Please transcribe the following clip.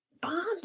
bombs